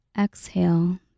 Exhale